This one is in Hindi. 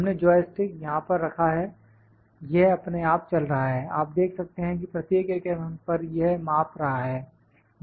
हमने जॉय स्टिक यहां पर रखा है यह अपने आप चल रहा है आप देख सकते हैं कि प्रत्येक 1 mm पर यह माप रहा है